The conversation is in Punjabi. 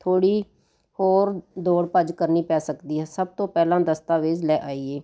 ਥੋੜ੍ਹੀ ਹੋਰ ਦੌੜ ਭੱਜ ਕਰਨੀ ਪੈ ਸਕਦੀ ਹੈ ਸਭ ਤੋਂ ਪਹਿਲਾਂ ਦਸਤਾਵੇਜ਼ ਲੈ ਆਈਏ